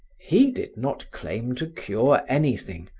he did not claim to cure anything,